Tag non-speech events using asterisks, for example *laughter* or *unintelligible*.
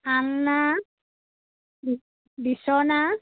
আলনা *unintelligible* বিচনা